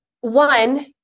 one